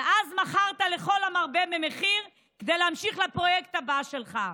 ואז מכרת לכל המרבה במחיר כדי להמשיך לפרויקט הבא שלך.